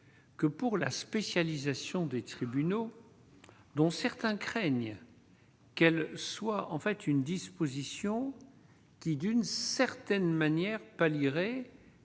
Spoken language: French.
Que pour la spécialisation des tribunaux dont certains craignent qu'elle soit en fait une disposition. Qui d'une certaine manière pallierait